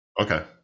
okay